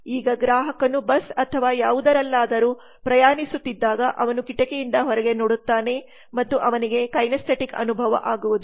ಈಗ ಗ್ರಾಹಕನು ಬಸ್ನಲ್ಲಿ ಅಥವಾ ಯಾವುದರಲ್ಲಾದರೂ ಪ್ರಯಾಣಿಸುತ್ತಿದ್ದಾಗ ಅವನು ಕಿಟಕಿಯಿಂದ ಹೊರಗೆ ನೋಡುತ್ತಾನೆ ಮತ್ತು ಅವನಿಗೆ ಕೈನೆಸ್ಥೆಟಿಕ್ಅನುಭವ ಆಗುವುದು